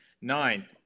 Nine